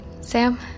Sam